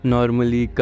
Normally